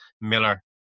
Miller